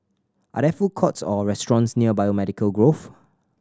are there food courts or restaurants near Biomedical Grove